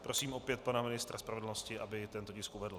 Prosím opět pana ministra spravedlnosti, aby tento tisk uvedl.